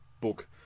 book